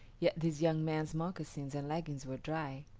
yet this young man's moccasins and leggings were dry.